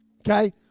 okay